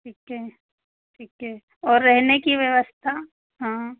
ठीके ठीके और रहने की व्यवस्था हाँ